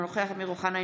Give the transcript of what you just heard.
אינו נוכח אמיר אוחנה,